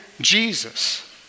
Jesus